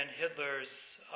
Hitler's